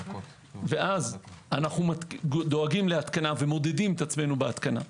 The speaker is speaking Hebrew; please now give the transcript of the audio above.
ואז אנו דואגים להתקנה מודדים את עצמנו בהתקנה.